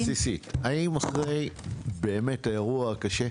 יש לי שאלה אחת בסיסית: האם אחרי האירוע באמת הקשה,